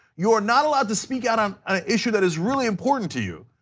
you are not allowed to speak out on an issue that is really important to you,